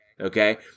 Okay